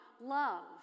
love